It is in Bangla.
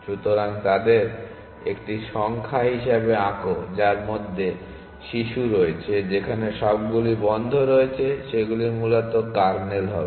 সুতরাং তাদের একটি সংখ্যা হিসাবে আঁকো যার মধ্যে শিশু রয়েছে যেখানে সবগুলি বন্ধ রয়েছে সেগুলি মূলত কার্নেল হবে